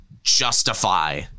justify